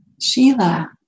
Sheila